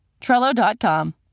Trello.com